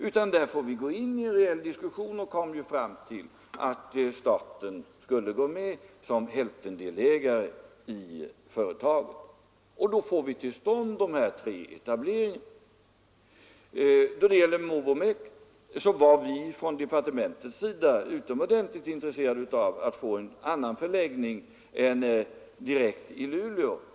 Vi får i stället ta upp en reell diskussion, och på detta sätt kom vi fram till att staten skulle gå med som hälftendelägare i företaget, och därigenom kunde vi få till stånd dessa tre etableringar. Då det gällde Movomec var vi inom departementet utomordentligt intresserade av att få till stånd en annan förläggning än till Luleå.